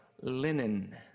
linen